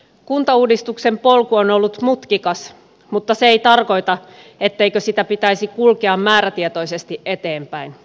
kuntauudistuksen polku on ollut mutkikas mutta se ei tarkoita etteikö sitä pitäisi kulkea määrätietoisesti eteenpäin